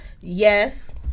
Yes